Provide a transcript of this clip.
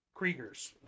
kriegers